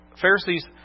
Pharisees